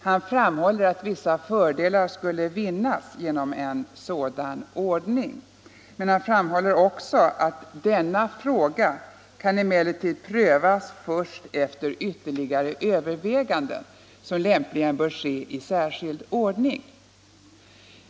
Han framhåller att vissa fördelar skulle vinnas genom en sådan ordning, men han framhåller också att ”denna fråga kan emellertid prövas först efter ytterligare överväganden som lämpligen bör ske i särskild«ordning”.